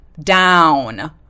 down